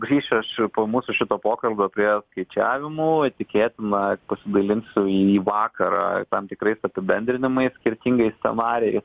grįšiu aš po mūsų šito pokalbio prie skaičiavimų tikėtina pasidalinsiu į vakarą tam tikrais apibendrinimais skirtingais scenarijais